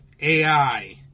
AI